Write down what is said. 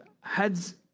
heads